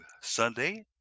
sunday